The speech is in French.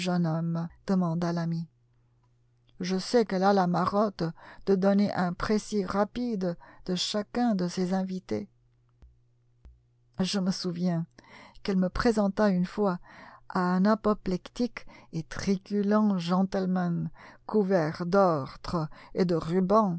homme demanda l'ami je sais qu'elle a la marotte de donner un précis rapide de chacun de ses invités je me souviens qu'elle me présenta une fois à un apoplectique et truculent gentleman couvert d'ordres et de rubans